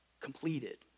completed